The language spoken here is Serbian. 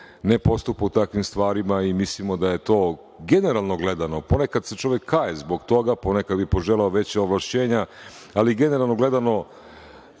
ne postupa u takvim stvarima i mislimo da je to, generalno gledano, ponekad se čovek kaje zbog toga, ponekad bi poželeo veća ovlašćenja, ali generalno gledano,